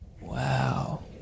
Wow